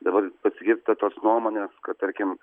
dabar pasigirsta tos nuomonės kad tarkim